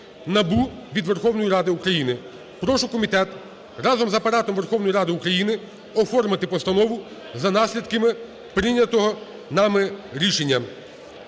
НАБУ від Верховної Ради України. Прошу комітет разом з Апаратом Верховної Ради України оформити постанову за наслідками прийнятого нами рішення.